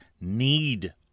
need